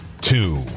two